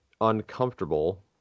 uncomfortable